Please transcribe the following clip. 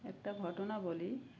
একটা ঘটনা বলি